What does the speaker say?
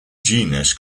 genus